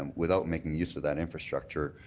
um without making use of that infrastructure,